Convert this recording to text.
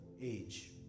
age